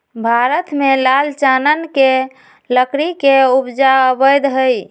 भारत में लाल चानन के लकड़ी के उपजा अवैध हइ